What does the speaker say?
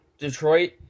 Detroit